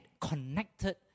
connected